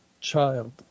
child